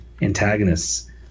antagonists